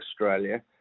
Australia